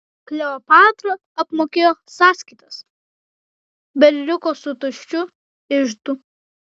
kleopatra apmokėjo sąskaitas bet liko su tuščiu iždu